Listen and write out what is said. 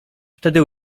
wtedy